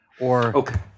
Okay